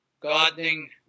gardening